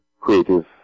creative